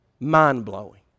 mind-blowing